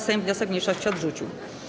Sejm wniosek mniejszości odrzucił.